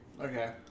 Okay